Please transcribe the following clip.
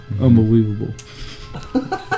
Unbelievable